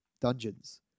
dungeons